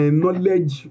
knowledge